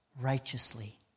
righteously